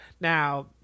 Now